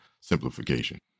simplification